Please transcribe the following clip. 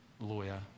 lawyer